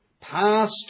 past